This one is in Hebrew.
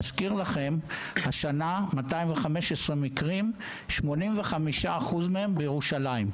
נזכיר שהשנה יש 215 מקרים של שעלת ו-85% מהם בירושלים.